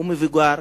הוא מבוגר,